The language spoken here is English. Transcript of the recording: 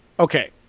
Okay